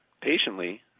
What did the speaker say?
patiently